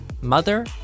mother